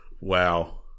Wow